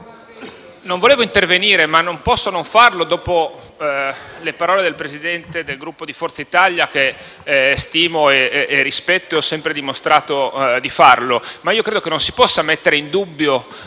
non volevo intervenire, ma non posso non farlo dopo le parole del Presidente del Gruppo Forza Italia che stimo e rispetto e ho sempre dimostrato di farlo. Credo non si possa mettere in dubbio